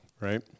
right